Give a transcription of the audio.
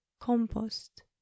Compost